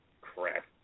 crap